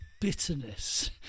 bitterness